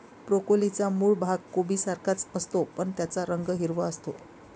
ब्रोकोलीचा मूळ भाग कोबीसारखाच असतो, पण त्याचा रंग हिरवा असतो